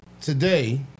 today